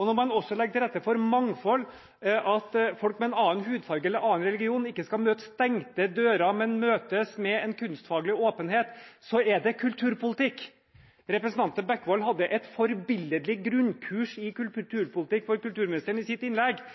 Når man også legger til rette for mangfold, slik at folk med annen hudfarge eller en annen religion ikke skal møte stengte dører, men møtes med kunstfaglig åpenhet, da er det kulturpolitikk. Representanten Bekkevold hadde et forbilledlig grunnkurs i kulturpolitikk for kulturministeren i sitt innlegg.